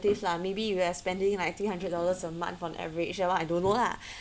relative lah maybe you are spending like three hundred dollars a month on average that one I don't know lah